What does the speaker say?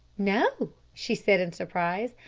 no, she said in surprise.